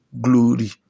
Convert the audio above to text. glory